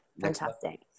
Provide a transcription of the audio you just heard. fantastic